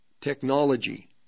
technology